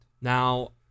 Now